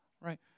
right